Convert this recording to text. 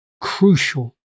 crucial